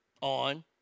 on